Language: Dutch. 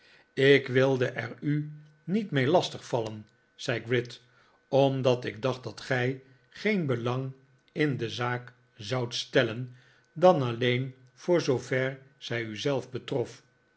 ik wilde er u niet mee lastig vallen zei gride omdat ik dacht dat gij geen belang in de zaak zoudt stellen dan alleen voor zoover zij u zelf betrof